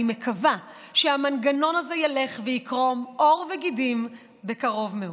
אני מקווה שהמנגנון הזה יקרום עור וגידים בקרוב מאוד.